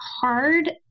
hard